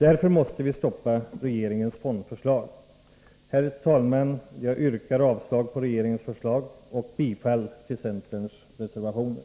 Därför måste vi stoppa regeringens fondförslag. Herr talman! Jag yrkar avslag på regeringens förslag och bifall till centerns reservationer.